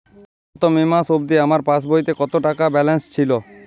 গত মে মাস অবধি আমার পাসবইতে কত টাকা ব্যালেন্স ছিল?